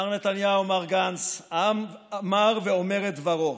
מר נתניהו ומר גנץ, העם אמר ואומר את דברו